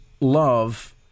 love